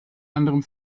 anderem